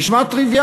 זה נשמע טריוויאלי.